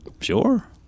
Sure